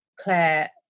Claire